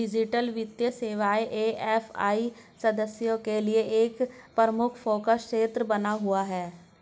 digital वित्तीय सेवाएं AFI सदस्यों के लिए एक प्रमुख फोकस क्षेत्र बना हुआ है